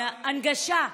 הנגשה,